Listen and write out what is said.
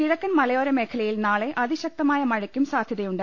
കിഴക്കൻമലയോര മേഖലയിൽ നാളെ അതിശക്തമായ മഴയ്ക്കും സാധ്യതയുണ്ട്